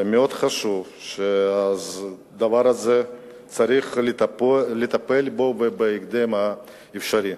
מאוד חשוב, בדבר הזה צריך לטפל בהקדם האפשרי.